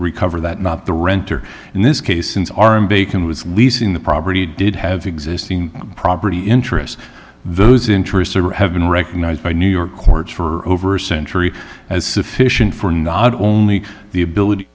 recover that not the renter in this case since arm bacon was leasing the property did have existing property interest those interests have been recognized by new york courts for over a century as sufficient for not only the ability